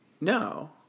no